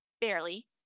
barely